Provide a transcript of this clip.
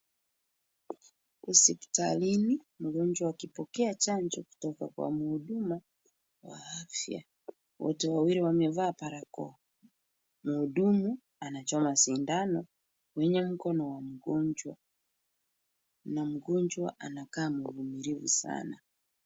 Hospitalini mgonjwa akipokea chanjo kutoka kwa mhudumu wa afya. Wote wawili wamevaa barakoa. Mhudumu anachoma sindano kwenye mkono wa mgonjwa na mgonjwa anakaa mvumilivu sana.